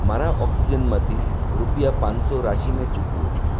મારા ઓક્સિજનમાંથી રૂપિયા પાંચસો રાશીને ચૂકવો